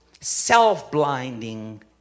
self-blinding